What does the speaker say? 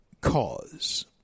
cause